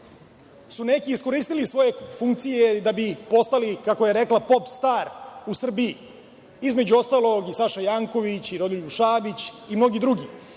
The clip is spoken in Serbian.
su neki iskoristili svoje funkcije da bi postali, kako je rekla, „pop star“ u Srbiji, između ostalog i Saša Janković, Rodoljub Šabić i mnogi drugi. Mislim